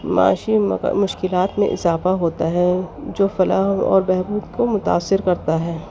معاشی مشکلات میں اضافہ ہوتا ہے جو فلاح اور بہبود کو متاثر کرتا ہے